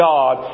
God